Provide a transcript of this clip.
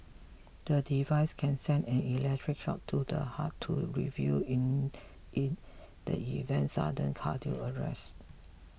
the device can send an electric shock to the heart to revive it in the event of sudden cardiac arrest